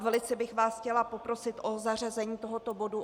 Velice bych vás chtěla poprosit o zařazení tohoto bodu.